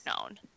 known